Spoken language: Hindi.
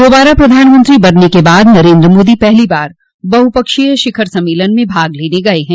दोबारा प्रधानमंत्री बनने के बाद नरेन्द्र मोदी पहली बार बहुपक्षीय शिखर सम्मेलन में भाग लेने गए हैं